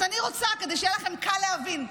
אז אני רוצה, כדי שיהיה לכם קל להבין,